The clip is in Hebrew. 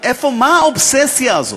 מה האובססיה הזאת,